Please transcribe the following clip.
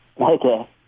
Okay